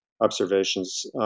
observations